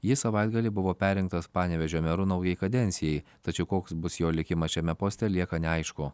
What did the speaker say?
jis savaitgalį buvo perrinktas panevėžio meru naujai kadencijai tačiau koks bus jo likimas šiame poste lieka neaišku